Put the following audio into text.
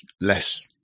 less